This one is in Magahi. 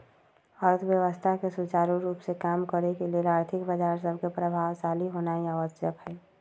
अर्थव्यवस्था के सुचारू रूप से काम करे के लेल आर्थिक बजार सभके प्रभावशाली होनाइ आवश्यक हइ